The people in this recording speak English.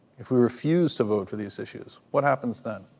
if we refuse to vote for these issues, what happens then?